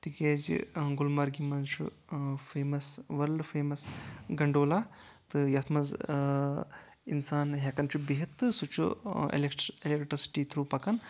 تِکیٚازِ گُلمرگہِ منٛز چھُ فیمس ورلڈ فیمَس گنٛڈولا تہٕ یَتھ منٛز اِنسان ہٮ۪کان چھُ بِہتھ تہٕ سُہ چھُ الیکٹرسٹی تھروٗ پَکان